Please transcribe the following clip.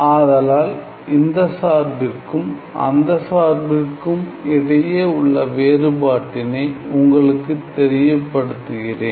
ஆதலால் இந்த சார்பிற்கும் அந்த சார்பிற்கும் இடையே உள்ள வேறுபாட்டினை உங்களுக்கு தெரியப்படுத்துகிறேன்